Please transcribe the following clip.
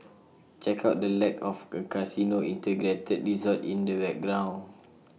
check out the lack of A casino integrated resort in the background